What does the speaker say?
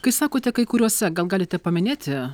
kai sakote kai kuriuos gal galite paminėti